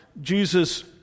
Jesus